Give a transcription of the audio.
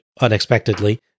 unexpectedly